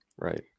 Right